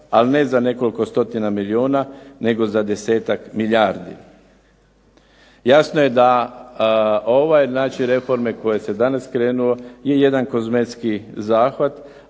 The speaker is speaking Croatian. ali ne za nekoliko stotina milijuna nego za 10-ak milijardi". Jasno je da ove znači reforme u koje se danas krenulo je jedan kozmetički zahvat,